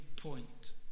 point